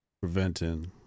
preventing